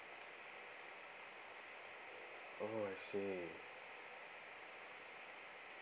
oh I see